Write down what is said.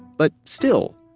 but still,